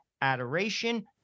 Adoration